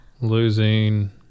losing